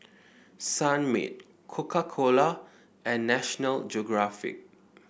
Sunmaid Coca Cola and National Geographic